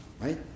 Right